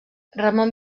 ramon